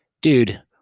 dude